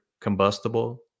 combustible